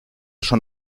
schon